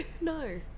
No